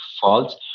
false